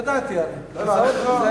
ידעתי, הרי.